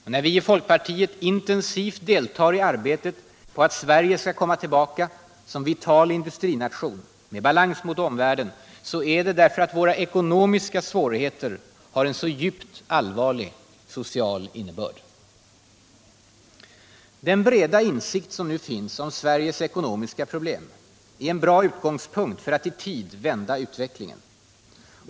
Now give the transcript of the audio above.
Och när vi i folkpartiet intensivt deltar i arbetet på att Sverige skall komma tillbaka som vital industrination med balans mot omvärlden, så är det därför att de ekonomiska svårigheterna har en så djupt allvarlig social innebörd. Den breda insikt som nu finns om Sveriges ekonomiska problem är en bra utgångspunkt för att i tid vända utvecklingen.